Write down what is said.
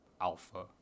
alpha